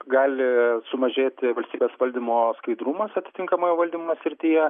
gali sumažėti valstybės valdymo skaidrumas atitinkamoj valdymo srityje